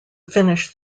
finish